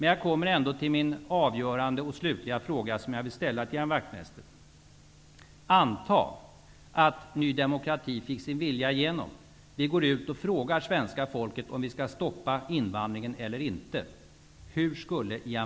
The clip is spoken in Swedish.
Jag kommer då till den avgörande och slutliga frågan, som jag vill ställa till Ian Wachtmeister: Anta att Ny demokrati fick sin vilja igenom och vi går ut och frågar svenska folket om vi skall stoppa invandringen eller inte -- hur skulle Ian